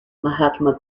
mahatma